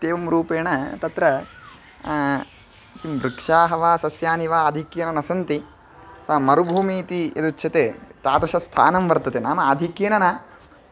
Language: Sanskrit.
इत्येवं रूपेण तत्र किं वृक्षाः वा सस्यानि वा आधिक्येन न सन्ति सा मरुभूमिः इति यदुच्यते तादृशस्थानं वर्तते नाम आधिक्येन न